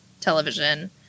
television